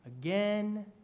again